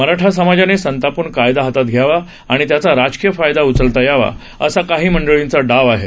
मराठा समाजाने संतापून कायदा हातात घ्यावा आणि त्याचा राजकीय फायदा उचलता यावा असा काही मंडळींचा डाव आहे